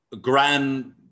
grand